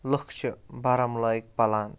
لُکھ چھِ بارہمُلاہٕکۍ پَلان